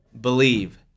believe